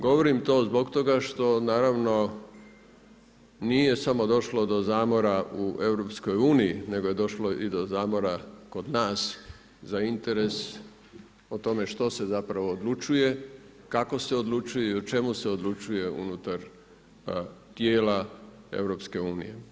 Govorim to zbog toga što nije samo došlo do zamora u EU nego je došlo i do zamora i kod nas za interes o tome što se zapravo odlučuje, kako se odlučuje i o čemu se odlučuje unutar tijela EU.